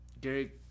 Gary